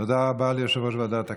תודה רבה ליושב-ראש ועדת הכנסת.